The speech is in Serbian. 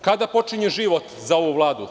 Kada počinje život za ovu vladu?